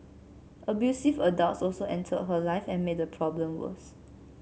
abusive adults also entered her life and made the problem worse